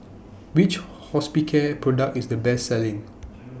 Which Hospicare Product IS The Best Selling